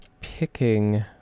picking